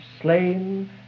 slain